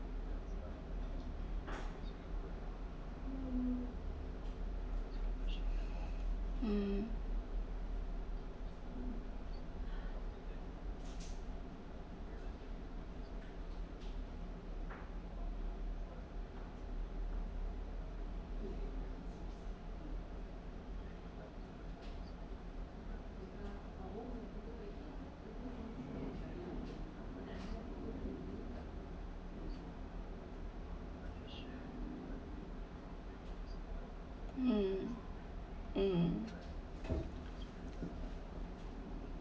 um um um